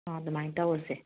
ꯑꯥ ꯑꯗꯨꯃꯥꯏꯅ ꯇꯧꯔꯁꯦ